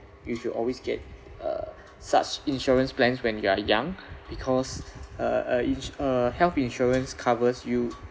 you should always get uh such insurance plans when you are young because uh uh ins~ uh health insurance covers you